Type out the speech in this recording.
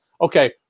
okay